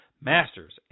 Master's